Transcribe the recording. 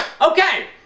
Okay